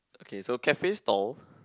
okay so cafe stall